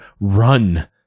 run